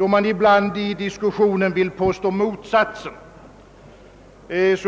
Då man ibland i diskussionen vill påstå motsatsen,